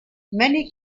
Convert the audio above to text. many